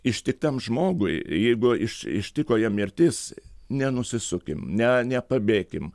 ištiktam žmogui jeigu iš ištiko jam mirtis nenusisukim ne nepabėkim